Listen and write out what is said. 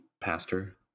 pastor